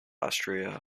austria